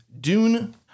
Dune